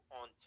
on